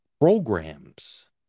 Programs